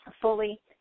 fully